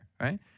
right